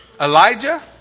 Elijah